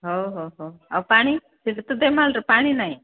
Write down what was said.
ହଉ ହଉ ହଉ ଆଉ ପାଣି ସେଠି ତ ଦେଓମାଳିରେ ପାଣି ନାହିଁ